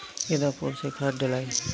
गेंदा फुल मे खाद डालाई?